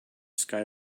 sky